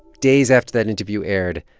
days after that interview aired,